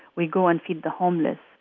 we go and feed the homeless.